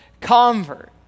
convert